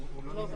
לא צריך